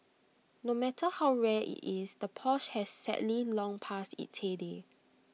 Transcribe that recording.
no matter how rare IT is the Porsche has sadly long passed its heyday